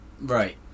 Right